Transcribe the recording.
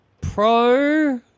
Pro